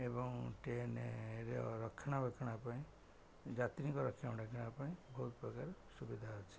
ଏବଂ ଟ୍ରେନର ରକ୍ଷଣା ବେକ୍ଷଣା ପାଇଁ ଯାତ୍ରୀଙ୍କ ରକ୍ଷଣା ବକ୍ଷଣା ପାଇଁ ବହୁତ ପ୍ରକାର ସୁବିଧା ଅଛି